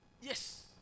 Yes